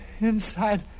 inside